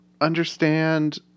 understand